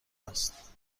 است